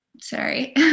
sorry